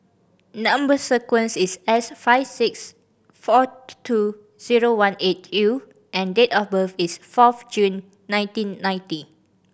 number sequence is S five six four two zero one eight U and date of birth is fourth June nineteen ninety